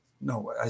no